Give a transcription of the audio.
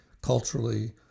culturally